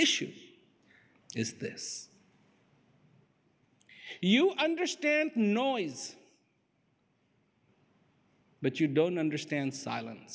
issue is this you understand noise but you don't understand silen